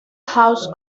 house